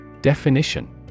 Definition